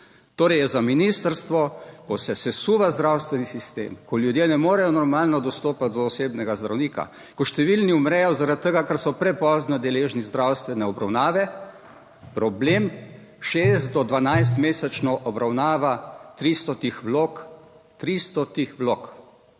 Torej, je za ministrstvo, ko se sesuva zdravstveni sistem, ko ljudje ne morejo normalno dostopati do osebnega zdravnika, ko številni umrejo zaradi tega, ker so prepozno deležni zdravstvene obravnave, problem 6 do 12 mesečno obravnava 300 vlog, 300 vlog.